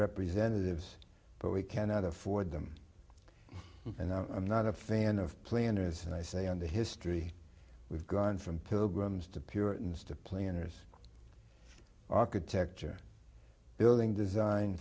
representatives but we cannot afford them and i'm not a fan of planers and i say on the history we've gone from pilgrims to puritans to players architecture building design